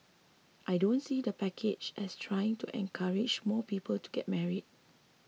I don't see the package as trying to encourage more people to get married